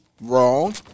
wrong